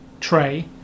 Tray